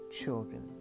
children